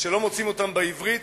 שלא מוצאים אותן בעברית,